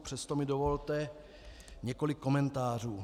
Přesto mi dovolte několik komentářů.